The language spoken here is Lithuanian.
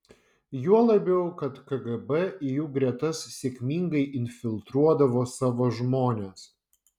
juo labiau kad kgb į jų gretas sėkmingai infiltruodavo savo žmones